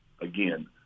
again